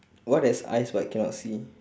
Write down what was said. what has eyes but cannot see